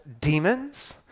demons